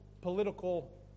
political